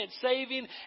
saving